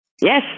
Yes